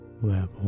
level